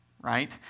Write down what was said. right